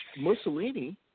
Mussolini